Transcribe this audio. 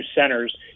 centers